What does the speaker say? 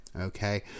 Okay